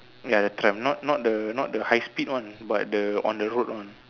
ya the tram not not the not the high speed one but the on the road one